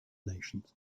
nations